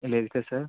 లేదు కదా సార్